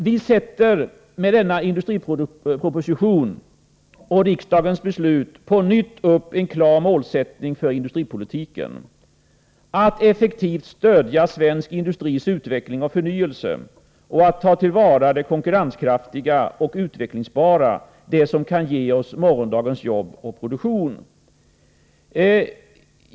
Vi sätter med denna proposition och riksdagens beslut på nytt upp en klar målsättning för industripolitiken: att effektivt stödja svensk industris utveckling och förnyelse, att ta till vara det konkurrenskraftiga och utvecklingsbara, det som kan ge oss morgondagens jobb och produktion.